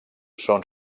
són